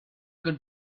got